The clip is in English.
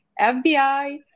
FBI